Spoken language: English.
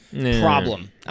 problem